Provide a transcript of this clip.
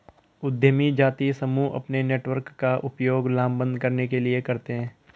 उद्यमी जातीय समूह अपने नेटवर्क का उपयोग लामबंद करने के लिए करते हैं